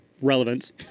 relevance